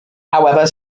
however